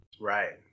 Right